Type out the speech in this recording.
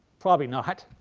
probably not.